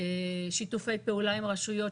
שיתופי פעולה עם רשויות,